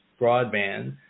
Broadband